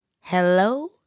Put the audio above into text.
Hello